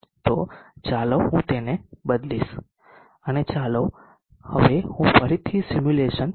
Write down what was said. તો ચાલો હું તેને બદલીશ અને ચાલો હવે હું ફરીથી સિમ્યુલેશન ચલાવું છું